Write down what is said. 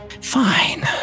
fine